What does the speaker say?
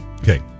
Okay